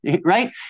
Right